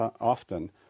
often